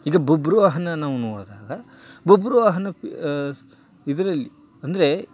ಈಗ ಬಬ್ರುವಾಹನ ನಾವು ನೋಡಿದಾಗ ಬಬ್ರುವಾಹನಕ್ಕೆ ಇದರಲ್ಲಿ ಅಂದರೆ